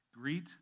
greet